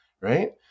Right